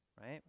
right